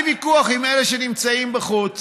היה לי ויכוח עם אלה שנמצאים בחוץ.